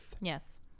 Yes